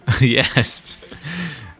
Yes